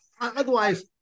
Otherwise